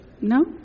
No